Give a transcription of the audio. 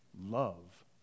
love